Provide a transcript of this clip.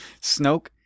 Snoke